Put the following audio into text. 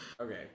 Okay